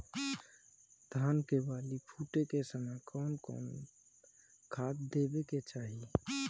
धान के बाली फुटे के समय कउन कउन खाद देवे के चाही?